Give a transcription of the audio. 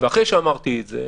ואחרי שאמרתי את זה,